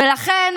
ולכן,